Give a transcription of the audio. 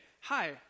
hi